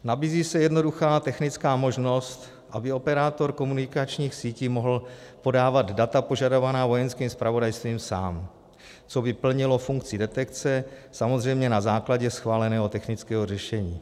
Nabízí se jednoduchá technická možnost, aby operátor komunikačních sítí mohl podávat data požadovaná Vojenským zpravodajstvím sám, což by plnilo funkci detekce, samozřejmě na základě schváleného technického řešení.